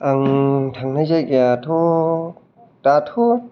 आं थांनाय जायगाआथ' दाथ'